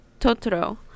Totoro